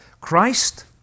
Christ